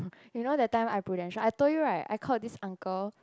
you know that time I Prudential I told you right I called this uncle